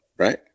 right